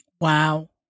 Wow